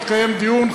יתקיים דיון,